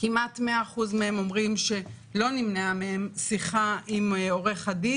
כמעט מאה אחוז מהם אומרים שלא נמנעה מהם שיחה עם העצור,